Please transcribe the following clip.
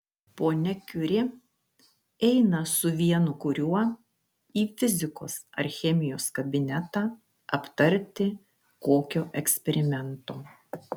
ponia kiuri eina su vienu kuriuo į fizikos ar chemijos kabinetą aptarti kokio eksperimento